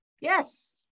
Yes